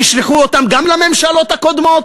תשלחו אותם גם כן לממשלות הקודמות?